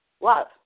love